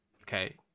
okay